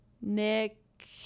Nick